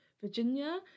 Virginia